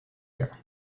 year